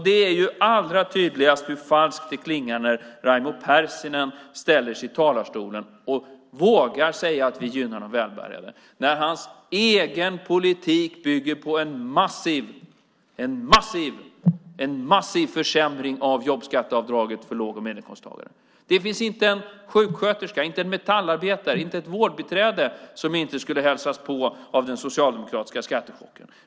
Då är det tydligt hur falskt det klingar när Raimo Pärssinen ställer sig i talarstolen och vågar säga att vi gynnar de välbärgade. Hans egen politik bygger på en massiv försämring av jobbskatteavdraget för låg och medelinkomsttagare. Det finns inte en sjuksköterska, inte en metallarbetare och inte ett vårdbiträde som inte skulle hälsas på av den socialdemokratiska skattechocken.